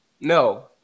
No